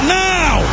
now